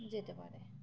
যেতে পারে